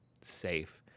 safe